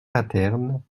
paterne